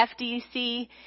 FDC